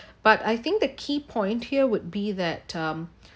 but I think the key point here would be that um